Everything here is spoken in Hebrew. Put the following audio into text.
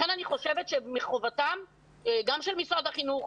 לכן אני חושבת שמחובתם גם של משרד החינוך,